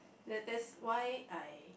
that that's why I